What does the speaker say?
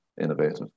innovative